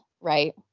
right